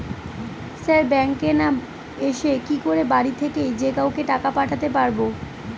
Sir ব্যাঙ্কে না এসে কি করে বাড়ি থেকেই যে কাউকে টাকা পাঠাতে পারবো?